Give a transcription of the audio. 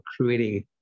creating